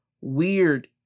weird